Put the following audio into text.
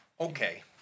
Okay